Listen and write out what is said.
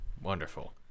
Wonderful